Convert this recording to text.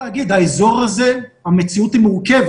באזור הזה המציאות מורכבת,